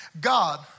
God